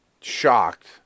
shocked